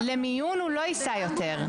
למיון הוא לא ייסע יותר.